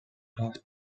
class